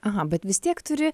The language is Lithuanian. aha bet vis tiek turi